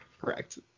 Correct